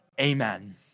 Amen